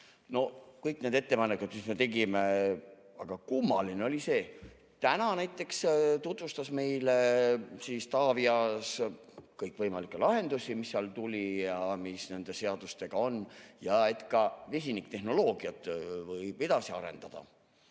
Kõik need ettepanekud, mis me tegime, aga kummaline oli see, et täna näiteks tutvustas meile Taavi Aas kõikvõimalikke lahendusi, mis seal tulid ja mis nende seadustega on, ja et ka vesinikutehnoloogiat võib edasi arendada.